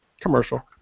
Commercial